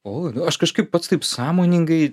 o aš kažkaip pats taip sąmoningai